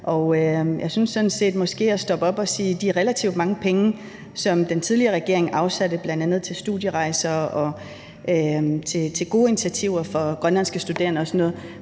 stoppe op og evaluere for at se, om de relativt mange penge, som den tidligere regering afsatte til bl.a. studierejser og til gode initiativer for grønlandske studerende og sådan noget,